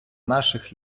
наших